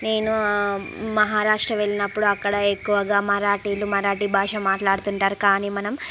నేను మహారాష్ట్ర వెళ్ళినప్పుడు అక్కడ ఎక్కువగా మరాఠీలు మరాఠీ భాష మాట్లాడుతుంటారు కానీ మనం